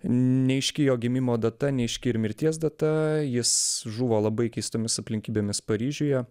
neaiški jo gimimo data neaiški ir mirties data jis žuvo labai keistomis aplinkybėmis paryžiuje